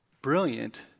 brilliant